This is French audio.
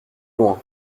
loin